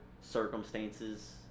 circumstances